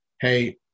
hey